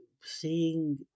seeing